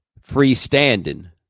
freestanding